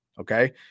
Okay